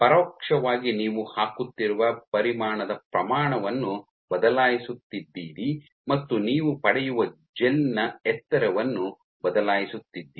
ಪರೋಕ್ಷವಾಗಿ ನೀವು ಹಾಕುತ್ತಿರುವ ಪರಿಮಾಣದ ಪ್ರಮಾಣವನ್ನು ಬದಲಾಯಿಸುತ್ತಿದ್ದೀರಿ ಮತ್ತು ನೀವು ಪಡೆಯುವ ಜೆಲ್ ನ ಎತ್ತರವನ್ನು ಬದಲಾಯಿಸುತ್ತಿದ್ದೀರಿ